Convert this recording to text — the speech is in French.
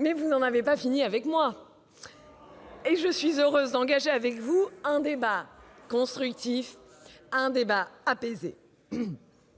Mais vous n'en avez pas fini avec moi ! Je suis heureuse d'engager avec vous un débat constructif et apaisé.